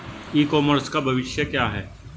ई commerce का भविष्य क्या है?